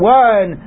one